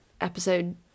episode